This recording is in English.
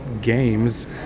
games